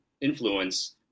influence